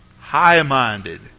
high-minded